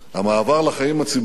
המעבר לחיים הציבוריים,